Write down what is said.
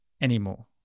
anymore